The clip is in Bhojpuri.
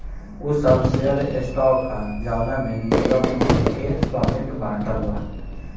उ सब शेयर स्टॉक ह जवना में निगम के स्वामित्व बाटल बा